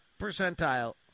percentile